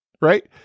right